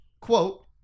quote